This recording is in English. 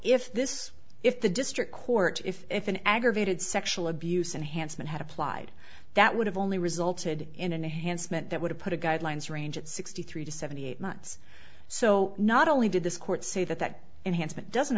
if this if the district court if an aggravated sexual abuse enhanced had applied that would have only resulted in a hand spent that would have put a guidelines range at sixty three to seventy eight months so not only did this court say that that enhancement doesn't